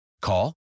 Call